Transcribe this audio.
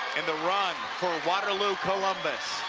in the rupp for waterloo columbus,